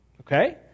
okay